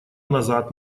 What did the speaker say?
назад